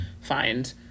find